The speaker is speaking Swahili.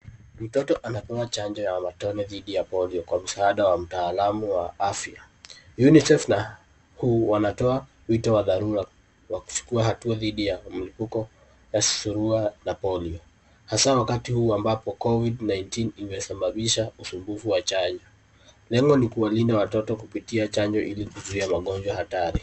Mtoto anapewa chanjo ya matone dhidi ya Polio kwa msaada wa mtaalamu wa afya. Unicef na WHO wanatoa wito wa dharura wa kuchukua hatua dhidi ya mlipuko ya surua ya polio haswa wakati huu ambapo Covid-19 imesababisha uvumbuvu wa chanjo. Lengo ni kuwalinda watoto kupitia chanjo ili kuzuia magonjwa hatari.